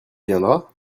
viendra